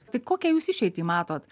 tai kokią jūs išeitį į matot